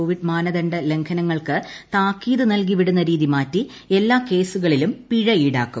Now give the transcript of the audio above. Covid മാനദണ്ഡ ലംഘനങ്ങൾക്ക് താക്കീത് നൽകിവിടുന്ന രീതി മാറ്റി എല്ലാ കേസുകളിലും പിഴ ഈടാക്കും